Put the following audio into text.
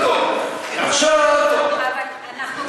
לא, אבל למה הוא הביא אותו?